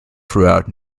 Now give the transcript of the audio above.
throughout